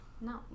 no